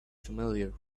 familiar